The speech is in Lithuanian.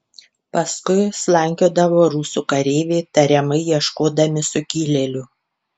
paskui slankiodavo rusų kareiviai tariamai ieškodami sukilėlių